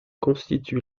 constitue